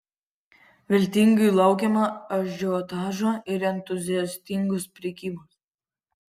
viltingai laukiama ažiotažo ir entuziastingos prekybos